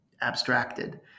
Abstracted